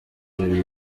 jolly